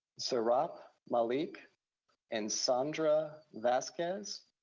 saurabh um malik and sandra vasquez.